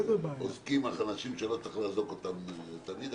אוזקים אנשים שלא צריך לאזוק אותם תמיד,